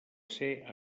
ser